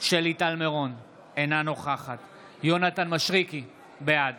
שלי טל מירון, אינה נוכחת יונתן מישרקי, בעד